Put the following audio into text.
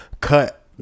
cut